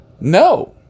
No